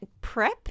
prep